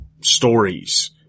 stories